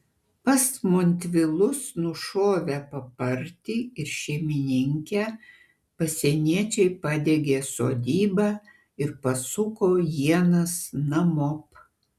pas montvilus nušovę papartį ir šeimininkę pasieniečiai padegė sodybą ir pasuko ienas namop